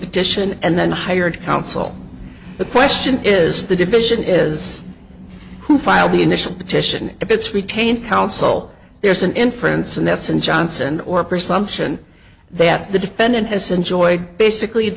petition and then hired counsel the question is the division is who filed the initial petition if it's retained counsel there's an inference and that's in johnson or presumption that the defendant has enjoyed basically